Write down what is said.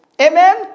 Amen